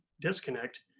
disconnect